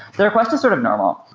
the request is sort of normal.